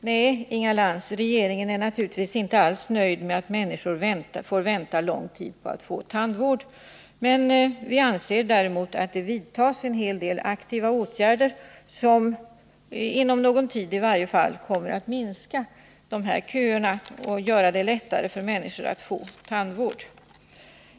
Herr talman! Nej, Inga Lantz, regeringen är naturligtvis inte alls nöjd med att människor måste vänta lång tid på att få tandvård. Men vi anser att det vidtas en hel del aktiva åtgärder som, i varje fall inom någon tid, kommer att minska köerna och göra det lättare för människor att få tandvård.